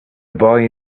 boy